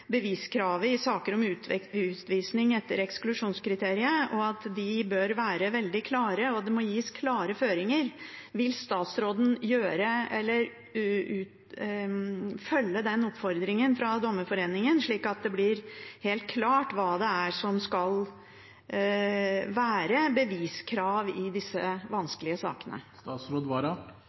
beviskravet i saker om utvisning etter eksklusjonskriteriet, hvor det må gis veldig klare føringer. Vil statsråden følge oppfordringen fra Dommerforeningen, slik at det blir helt klart hva som skal være beviskravet i disse vanskelige sakene?